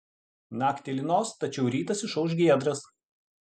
naktį lynos tačiau rytas išauš giedras